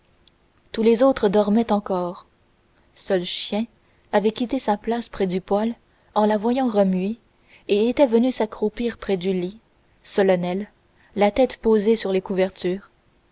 tous les autres dormaient encore seul chien avait quitté sa place près du poêle en la voyant remuer et était venu s'accroupir près du lit solennel la tête posée sur les couvertures